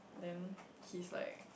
then he's like